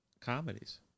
comedies